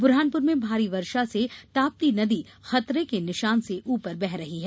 बुरहानपुर में भारी वर्षा से ताप्ती नदी खतरे के निशान से ऊपर बह रही है